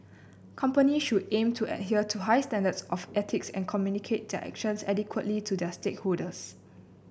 companies should aim to adhere to high standards of ethics and communicate their actions adequately to their stakeholders